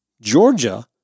Georgia